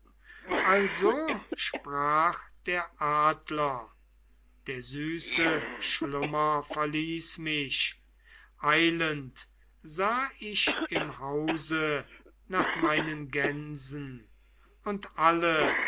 also sprach der adler der süße schlummer verließ mich eilend sah ich im hause nach meinen gänsen und alle